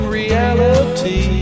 reality